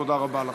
תודה רבה לכם.